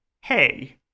hey